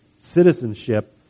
citizenship